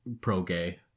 pro-gay